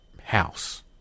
house